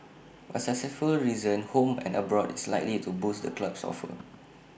A successful season home and abroad is likely to boost the club's coffers